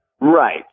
Right